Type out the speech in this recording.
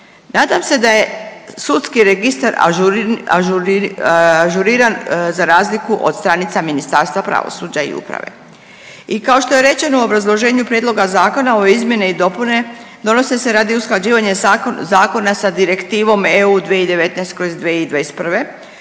Nadam se da je sudski registar ažuriran za razliku od stranica Ministarstva pravosuđa i uprave. I kao što je rečeno u obrazloženju prijedloga zakona ove izmjene i dopune donose se radi usklađivanja zakona sa Direktivom EU 2019/2021